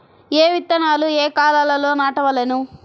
ఏ విత్తనాలు ఏ కాలాలలో నాటవలెను?